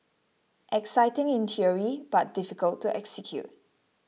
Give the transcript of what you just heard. exciting in theory but difficult to execute